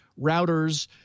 routers